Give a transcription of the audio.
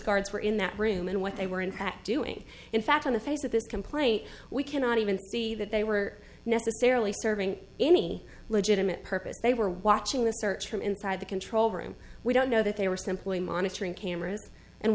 guards were in that room and what they were in fact doing in fact in the face of this complaint we cannot even see that they were necessarily serving any legitimate purpose they were watching the search from inside the control room we don't know that they were simply monitoring cameras and